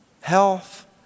health